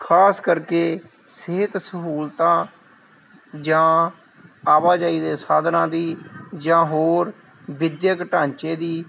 ਖਾਸ ਕਰਕੇ ਸਿਹਤ ਸਹੂਲਤਾਂ ਜਾਂ ਆਵਾਜਾਈ ਦੇ ਸਾਧਨਾਂ ਦੀ ਜਾਂ ਹੋਰ ਵਿੱਦਿਅਕ ਢਾਂਚੇ ਦੀ